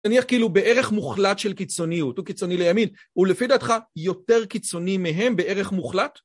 נניח כאילו בערך מוחלט של קיצוניות, הוא קיצוני לימין. הוא לפי דעתך יותר קיצוני מהם בערך מוחלט?